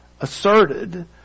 asserted